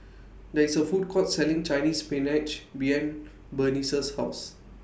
There IS A Food Court Selling Chinese Spinach behind Burnice's House